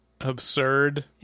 absurd